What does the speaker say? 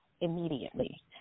immediately